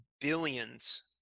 billions